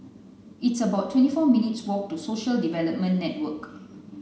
it's about twenty four minutes' walk to Social Development Network